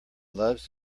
loves